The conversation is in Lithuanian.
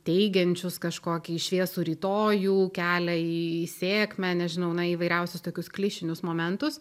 teigiančius kažkokį šviesų rytojų kelią į sėkmę nežinau na įvairiausius tokius klišinius momentus